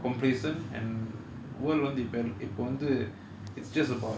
complacent and world வந்து இப்ப வந்து:vanthu ippa vanthu it's just about